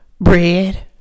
Bread